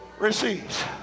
receives